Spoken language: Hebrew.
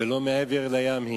ולא מעבר לים היא,